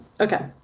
Okay